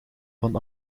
van